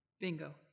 Bingo